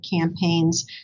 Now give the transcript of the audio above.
campaigns